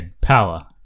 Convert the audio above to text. Power